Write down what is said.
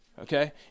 Okay